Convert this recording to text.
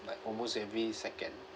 like almost every second